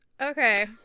Okay